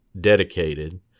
dedicated